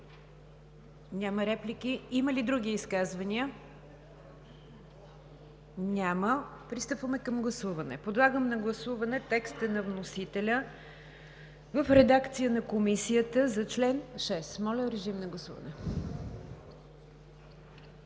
Няма. Има ли други изказвания? Няма. Преминаваме към гласуване. Подлагам на гласуване текста на вносителя в редакция на Комисията за чл. 6. Гласували